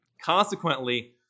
Consequently